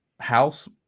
House